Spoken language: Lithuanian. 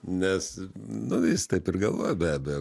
nes nu jis taip ir galvojo be abejo